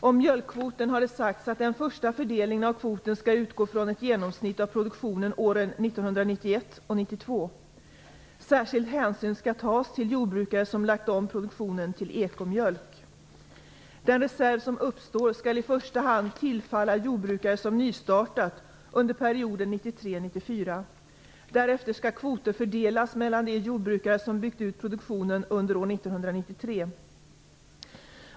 Om mjölkkvoten har det sagts att den första fördelningen av kvoten skall utgå från ett genomsnitt av produktionen åren 1991 och 1992. Särskild hänsyn skall tas till jordbrukare som har lagt om produktionen till ekomjölk. Den reserv som uppstår skall i första hand tillfalla jordbrukare som nystartat under perioden 1993-1994. Därefter skall kvoter fördelas mellan de jordbrukare som byggt ut produktionen under år 1993.